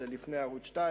זה לפני ערוץ-2,